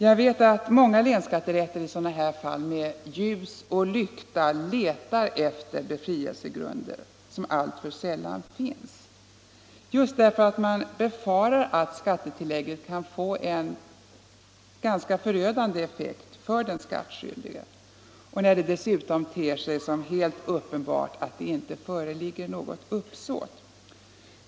Jag vet att många länsskatterätter i sådana fall med ljus och lykta söker efter befrielsegrunder, som alltför sällan finns, just därför att man befarar att skattetillägget kan få en ganska förödande effekt för den skattskyldige och det dessutom ter sig som helt uppenbart att det inte föreligger något uppsåt.